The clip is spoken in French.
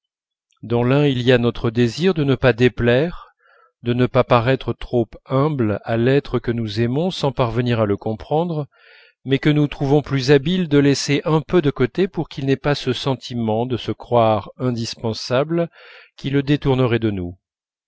dans l'un il y a notre désir de ne pas déplaire de ne pas paraître trop humble à l'être que nous aimons sans parvenir à le comprendre mais que nous trouvons plus habile de laisser un peu de côté pour qu'il n'ait pas ce sentiment de se croire indispensable qui le détournerait de nous